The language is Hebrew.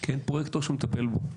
כי אין פרויקטור שמטפל בו.